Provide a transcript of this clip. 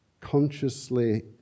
consciously